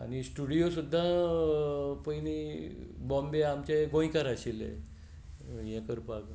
आनी स्टुडियो सुद्दां पयलीं बॉम्बे आमचे गोंयकार आशिल्ले हें करपाक